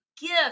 gift